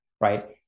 right